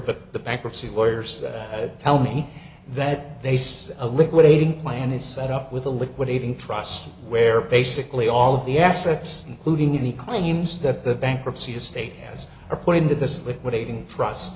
but the bankruptcy lawyers tell me that they still a liquid eating plan is set up with a liquidating trust where basically all of the assets including any claims that the bankruptcy estate has appointed this liquidating trust